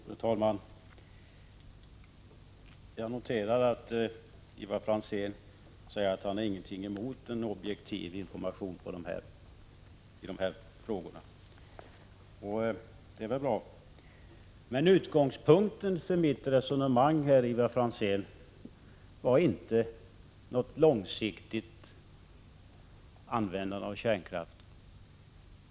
Fru talman! Jag noterar att Ivar Franzén säger att han inte har någonting emot en objektiv information i de här frågorna. Det är väl bra. Men utgångspunkten i mitt resonemang var inte något långsiktigt användande av kärnkraft.